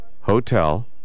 Hotel